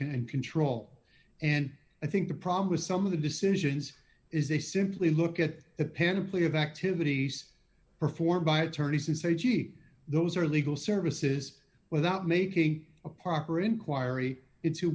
and control and i think the problem with some of the decisions is they simply look at the apparently of activities performed by attorneys and say gee those are legal services without making a proper inquiry into